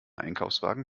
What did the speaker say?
einkaufswagen